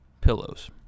pillows